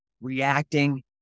reacting